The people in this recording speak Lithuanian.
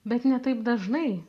bet ne taip dažnai